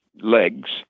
legs